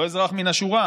לא של אזרח מן השורה.